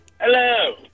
Hello